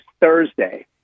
Thursday